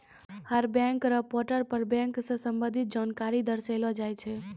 हर bank र portal पर bank स संबंधित जानकारी क दर्शैलो जाय छै